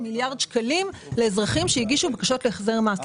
שקלים לאזרחים שהגישו בקשות להחזר מס.